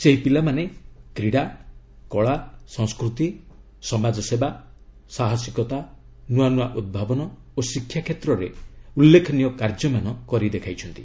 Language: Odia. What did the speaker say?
ସେହି ପିଲାମାନେ କ୍ରୀଡ଼ା କଳା ସଂସ୍କୃତି ସମାଜସେବା ସାହସିକତା ନୂଆନୂଆ ଉଦ୍ଭାବନ ଓ ଶିକ୍ଷା କ୍ଷେତ୍ରରେ ଉଲ୍ଲେଖନୀୟ କାର୍ଯ୍ୟମାନ କରି ଦେଖାଇଛନ୍ତି